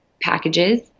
packages